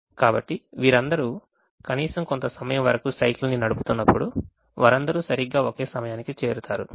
కాబట్టి వీరందరూ కనీసం కొంత సమయం వరకు సైకిల్ను నడుపుతున్నప్పుడు వారందరూ సరిగ్గా ఒకే సమయానికి చేరుతారు